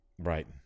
Right